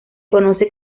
conoce